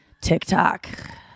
TikTok